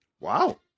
Wow